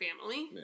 family